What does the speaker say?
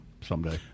someday